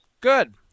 Good